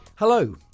Hello